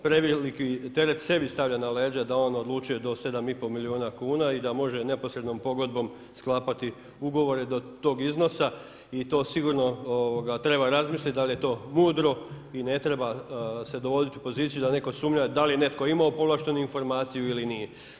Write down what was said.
Preveliki sebi stavlja na leđa da on odlučuje do 7,5 milijuna kuna i da može neposrednom pogodbom sklapati ugovore do tog iznosa i to sigurno treba razmisliti da li je to mudro i ne treba se dovoditi u poziciju da neko sumnja da li je neko imao povlaštenu informaciju ili nije.